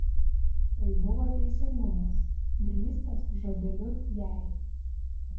tai buvo teisingumas grįstas žodeliu jei